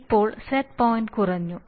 ഇപ്പോൾ set point കുറഞ്ഞു